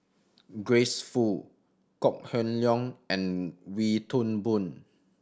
Grace Fu Kok Heng Leun and Wee Toon Boon